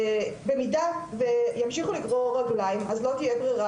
במידה וימשיכו לגרור רגליים אז לא תהיה ברירה,